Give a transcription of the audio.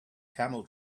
camel